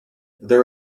there